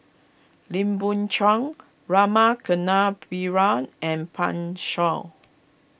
Lim Biow Chuan Rama Kannabiran and Pan Shou